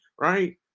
right